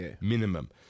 Minimum